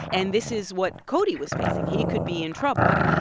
and this is what cody was facing. he could be in trouble.